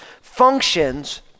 functions